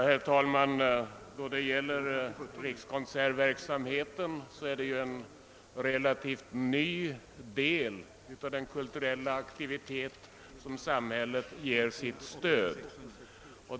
Herr talman! Rikskonsertverksamheten är en relativt ny del av den kulturella aktivitet som samhället ger sitt stöd.